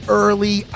early